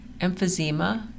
emphysema